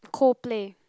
Coldplay